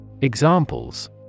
Examples